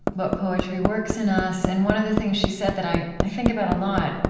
what poetry works in us. and one of the things she said that i think about a lot,